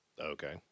Okay